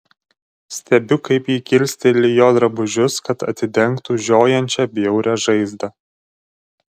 stebiu kaip ji kilsteli jo drabužius kad atidengtų žiojančią bjaurią žaizdą